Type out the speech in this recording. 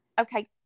okay